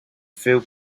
feel